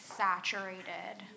saturated